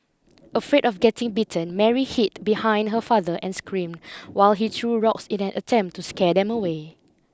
afraid of getting bitten Mary hid behind her father and screamed while he threw rocks in an attempt to scare them away